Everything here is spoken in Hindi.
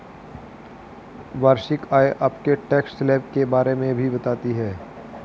वार्षिक आय आपके टैक्स स्लैब के बारे में भी बताती है